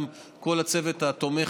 גם כל הצוות התומך,